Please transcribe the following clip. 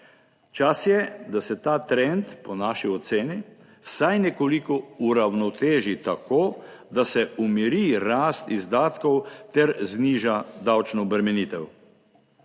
Čas je, da se ta trend, po naši oceni, vsaj nekoliko uravnoteži, tako da se umiri rast izdatkov ter zniža davčno obremenitev.